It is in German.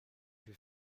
viel